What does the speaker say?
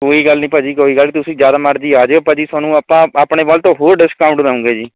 ਕੋਈ ਗੱਲ ਨਹੀਂ ਭਾਅ ਜੀ ਕੋਈ ਗੱਲ ਨਹੀਂ ਤੁਸੀਂ ਜਦ ਮਰਜ਼ੀ ਆ ਜਿਓ ਭਾਅ ਜੀ ਤੁਹਾਨੂੰ ਆਪਾਂ ਆਪਣੇ ਵੱਲ ਤੋਂ ਹੋਰ ਡਿਸਕਾਊਂਟ ਦਉਂਗੇ ਜੀ